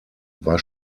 war